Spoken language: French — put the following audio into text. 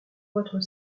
votre